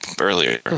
earlier